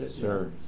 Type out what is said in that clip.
sure